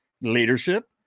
leadership